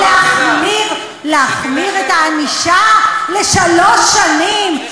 להחמיר את הענישה לשלוש שנים,